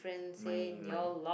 my my